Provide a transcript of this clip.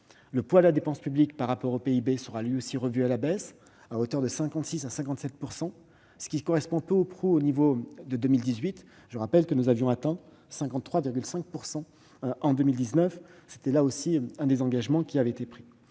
Le poids de la dépense publique par rapport au PIB sera également revu à la baisse, à hauteur de 56 % à 57 %, ce qui correspond peu ou prou au niveau de 2018. Je rappelle que nous avions atteint 53,5 % en 2019. C'était également l'un des engagements qui avaient été pris.